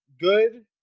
good